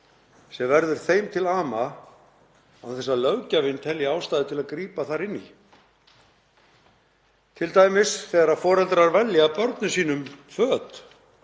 sem verður þeim til ama án þess að löggjafinn telji ástæðu til að grípa þar inn í, t.d. þegar foreldrar velja börnum sínum föt,